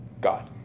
God